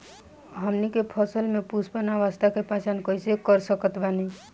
हमनी के फसल में पुष्पन अवस्था के पहचान कइसे कर सकत बानी?